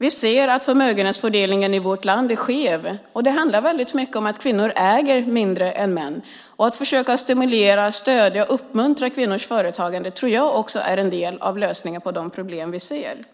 Vi ser att förmögenhetsfördelningen i vårt land är skev, och det handlar väldigt mycket om att kvinnor äger mindre än män. Att försöka stimulera, stödja och uppmuntra kvinnors företagande tror jag också är en del av lösningen på de problem vi ser.